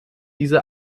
diese